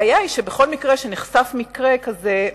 הבעיה היא שבכל פעם שנחשף מקרה כזה,